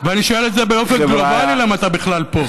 ואני שואל את זה באופן גלובלי, למה אתה בכלל פה?